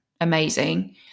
amazing